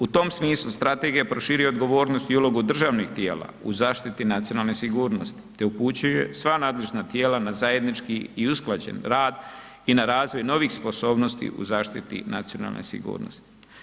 U tom smislu strategija proširuje i odgovornost i ulogu državnih tijela u zaštiti nacionalne sigurnosti, te upućuje sva nadležna tijela na zajednički i usklađen rad i na razvoj novih sposobnosti u zaštiti nacionalne sigurnosti.